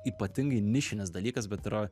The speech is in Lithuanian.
ypatingai nišinis dalykas bet yra